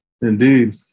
Indeed